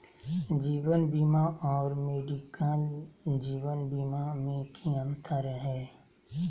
जीवन बीमा और मेडिकल जीवन बीमा में की अंतर है?